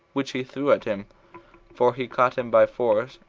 which he threw at him for he caught him by force,